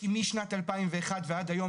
כי משנת 2001 ועד היום,